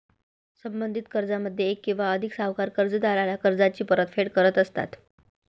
संबंधित कर्जामध्ये एक किंवा अधिक सावकार कर्जदाराला कर्जाची परतफेड करत असतात